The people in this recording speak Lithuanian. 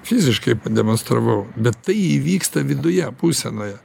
fiziškai pademonstravau bet tai įvyksta viduje būsenoje